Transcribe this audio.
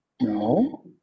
No